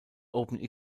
open